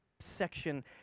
section